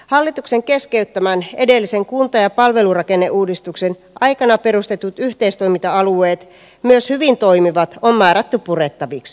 hallituksen keskeyttämän edellisen kunta ja palvelurakenneuudistuksen aikana perustetut yhteistoiminta alueet myös hyvin toimivat on määrätty purettaviksi